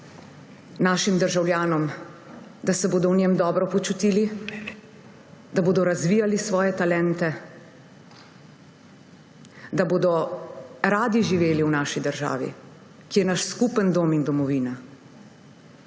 našim državljanom, da se bodo v njem dobro počutili, da bodo razvijali svoje talente, da bodo radi živeli v naši državi, ki je naš skupen dom in domovina.